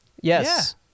Yes